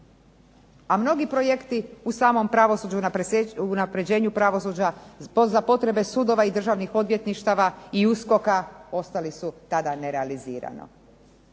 a mnogi projekti u samom pravosuđu u unapređenju pravosuđa za potrebe sudova i državnih odvjetništava i USKOK-a ostali su tada nerealizirano.